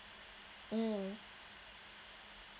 mm